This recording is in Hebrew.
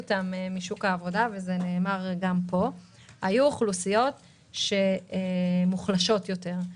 אותן משוק העבודה היו אוכלוסיות מוחלשות יותר.